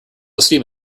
esteem